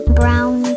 brown